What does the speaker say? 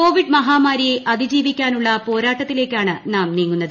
Covid മഹാമാരിയെ അതിജീവിക്കാനുള്ള പോരാട്ടത്തിലേക്കാണ് നാം നീങ്ങുന്നത്